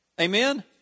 Amen